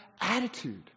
attitude